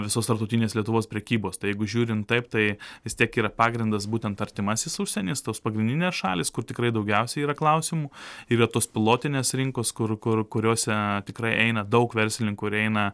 visos tarptautinės lietuvos prekybos tai jeigu žiūrint taip tai vis tiek yra pagrindas būtent artimasis užsienis tos pagrindinės šalys kur tikrai daugiausia yra klausimų yra tos pilotinės rinkos kur kur kuriose tikrai eina daug verslininkų ir jie eina